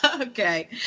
Okay